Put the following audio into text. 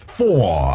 four